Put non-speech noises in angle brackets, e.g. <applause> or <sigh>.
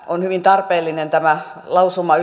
on hyvin tarpeellinen tämä lausuma <unintelligible>